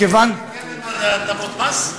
מכיוון, להטבות מס?